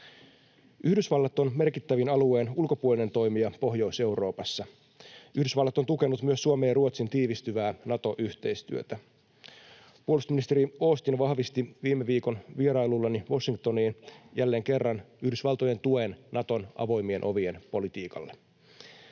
Yhdysvallat on merkittävin alueen ulkopuolinen toimija Pohjois-Euroopassa. Yhdysvallat on tukenut myös Suomen ja Ruotsin tiivistyvää Nato-yhteistyötä. Puolustusministeri Austin vahvisti viime viikon vierailullani Washingtoniin jälleen kerran Yhdysvaltojen tuen Naton avoimien ovien politiikalle.